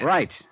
Right